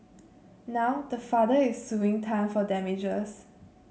now the father is suing Tan for damages